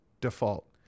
default